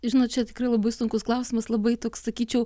žinot čia tikrai labai sunkus klausimas labai toks sakyčiau